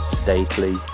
stately